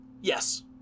Yes